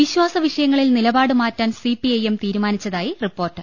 വിശ്വാസ വിഷയങ്ങളിൽ നിലപാട്ട് മാറ്റാൻ സിപിഐഎം തീരുമാനിച്ചതായി റിപ്പോർട്ട്